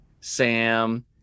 Sam